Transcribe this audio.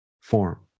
form